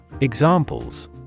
Examples